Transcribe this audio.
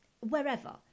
wherever